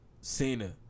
Cena